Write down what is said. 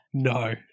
No